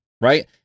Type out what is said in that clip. right